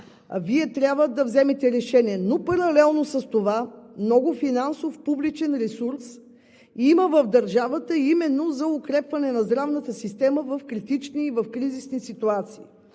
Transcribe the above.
Вие трябва да вземете решение. Но паралелно с това: много финансов публичен ресурс има в държавата именно за укрепване на здравната система в критични и в кризисни ситуации.